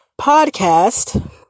podcast